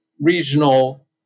regional